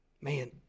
Man